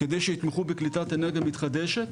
כדי שיתמכו בקליטת אנרגיה מתחדשת,